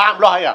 הפעם לא היה.